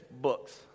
books